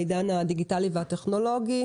בעידן הדיגיטלי והטכנולוגי,